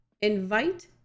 invite